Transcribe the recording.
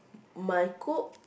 my cook